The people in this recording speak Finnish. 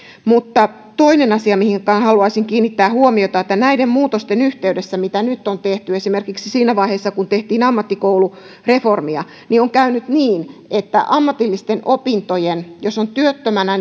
toinen asia mihin haluaisin kiinnittää huomiota on se että näiden muutosten yhteydessä mitä nyt on tehty esimerkiksi siinä vaiheessa kun tehtiin ammattikoulureformia on käynyt niin että ammatillisten opintojen jos on työttömänä